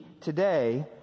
today